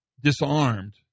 disarmed